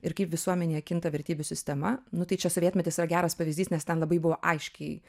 ir kaip visuomenėje kinta vertybių sistema nu tai čia sovietmetis yra geras pavyzdys nes ten labai buvo aiškiai